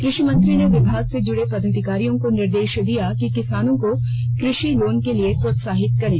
कृषि मंत्री ने विभाग से जुड़े पदाधिकारियों को निर्देष दिया कि किसानों को कृषि लोन के लिए प्रोत्साहित करें